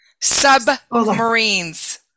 submarines